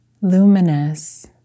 luminous